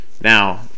now